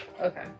Okay